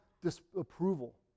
disapproval